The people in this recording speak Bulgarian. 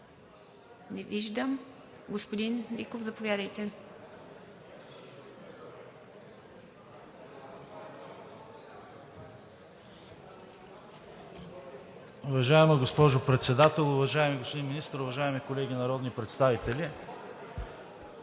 Не виждам. Господин Гьоков, заповядайте.